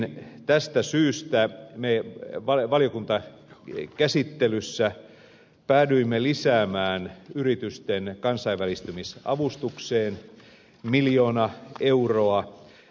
osin tästä syystä me valiokuntakäsittelyssä päädyimme lisäämään yritysten kansainvälistymisavustukseen miljoona euroa